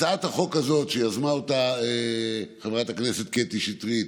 הצעת החוק הזאת שיזמה חברת הכנסת קטי שטרית